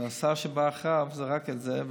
והשר שבא אחריו זרק את זה,